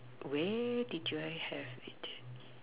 where did you I have it